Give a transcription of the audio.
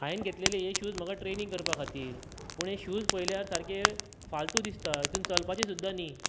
हांवें घेतलेली ही शूज म्हाका ट्रेनींग करपा खातीर पूण हे शूज पयल्यार सामके फालतू दिसता हितून चलपाचे सुद्दां न्ही